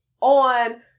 on